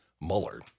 Mueller